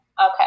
Okay